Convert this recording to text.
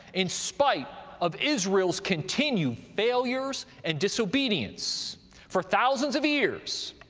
in spite of israel's continued failures and disobedience for thousands of years,